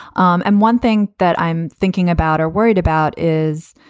um and one thing that i'm thinking about or worried about is,